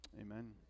Amen